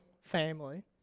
family